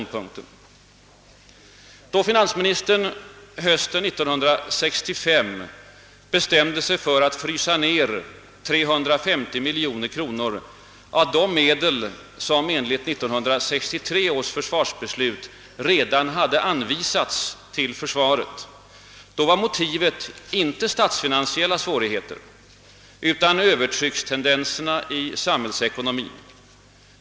Då finansministern hösten 1965 bestämde sig för att frysa ned 350 miljoner kronor av de medel som enligt 1963 års försvarsbeslut redan hade anvisats till försvaret, var motivet inte statsfinansiella svårigheter utan Öövertryckstendenserna i samhällsekonomin.